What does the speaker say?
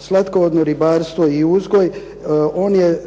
slatkovodno ribarstvo i uzgoj on je,